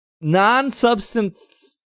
non-substance